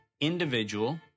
individual